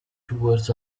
tours